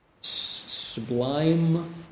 sublime